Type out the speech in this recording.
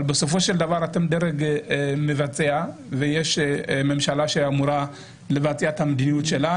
אבל בסופו של דבר אתם דרג מבצע ויש ממשלה שאמורה לבצע את המדיניות שלה.